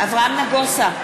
נגוסה,